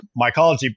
mycology